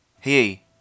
hey